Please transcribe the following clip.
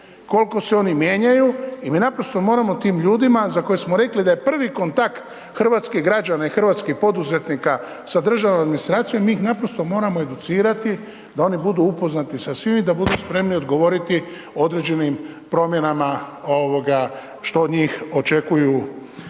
koliko se oni mijenjaju i mi naprosto moramo tim ljudima za koje smo rekli da je prvi kontakt hrvatskih građana i hrvatskih poduzetnika sa državnom administracijom mi ih naprosto moramo educirati da oni budu upoznati sa svim i da budu spremni odgovoriti određenim promjenama ovoga što od njih očekuju